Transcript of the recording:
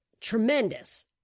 tremendous